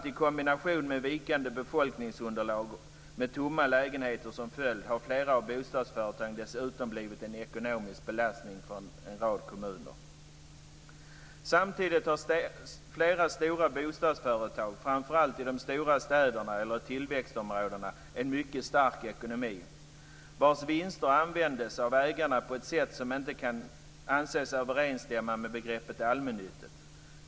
I kombination med vikande befolkningsunderlag med tomma lägenheter som följd har flera av bostadsföretagen dessutom blivit en stor ekonomisk belastning för en rad kommuner. Samtidigt har flera stora bostadsföretag, framför allt i de stora städerna och i tillväxtområdena, en mycket stark ekonomi, vars vinster användes av ägarna på ett sätt som inte kan anses överensstämma med begreppet allmännyttigt.